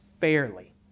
fairly